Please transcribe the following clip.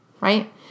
right